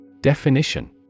Definition